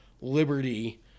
liberty